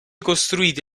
costruiti